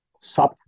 sub